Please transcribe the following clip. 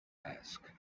asked